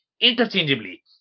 interchangeably